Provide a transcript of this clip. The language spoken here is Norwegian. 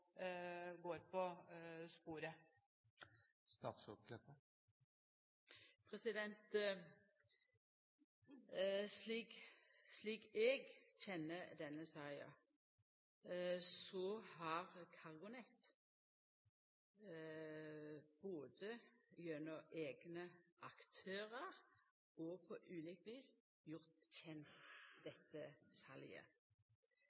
går på sporet. Slik eg kjenner denne saka, har CargoNet både gjennom eigne aktørar og på ulikt vis gjort dette salet kjent.